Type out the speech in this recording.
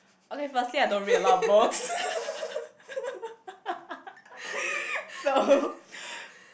okay firstly I don't read a lot of books so